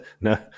no